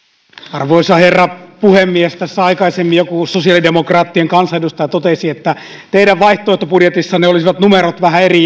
arvoisa herra puhemies tässä aikaisemmin joku sosiaalidemokraattien kansanedustaja totesi että heidän vaihtoehtobudjetissaan olisivat numerot vähän eri